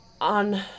on